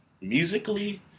musically